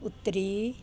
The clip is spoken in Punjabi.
ਉੱਤਰੀ